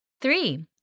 Three